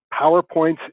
PowerPoints